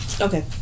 Okay